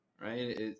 Right